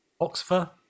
Oxford